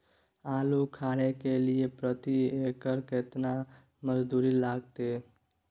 आलू उखारय के लिये प्रति एकर केतना मजदूरी लागते?